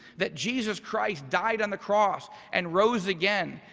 that jesus christ died on the cross and rose again,